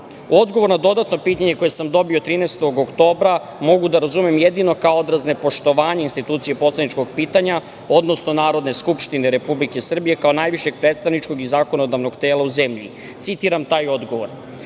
dana? Odgovor na dodatno pitanje koje sam dobio 13. oktobra mogu da razumem jedino kao odraz nepoštovanja institucije poslaničkog pitanja, odnosno Narodne skupštine Republike Srbije, kao najvišeg predstavničkog i zakonodavnog tela u zemlji. Citiram taj odgovor: